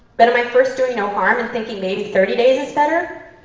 but am i first doing no harm, and thinking maybe thirty days is better?